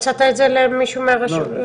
יחידות סביבתיות יש לנו בחלק מהרשויות המקומיות,